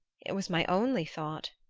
it was my only thought.